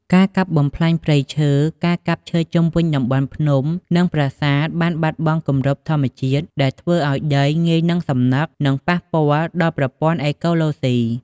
ការកាប់បំផ្លាញព្រៃឈើ ការកាប់ឈើជុំវិញតំបន់ភ្នំ និងប្រាសាទបានបាត់បង់គម្របធម្មជាតិ ដែលធ្វើឱ្យដីងាយនឹងសំណឹក និងប៉ះពាល់ដល់ប្រព័ន្ធអេកូឡូស៊ី។